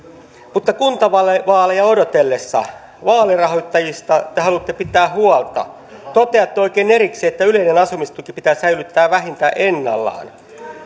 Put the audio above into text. mutta kuntavaaleja odotellessa vaalirahoittajista te haluatte pitää huolta toteatte oikein erikseen että yleinen asumistuki pitää säilyttää vähintään ennallaan